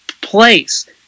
place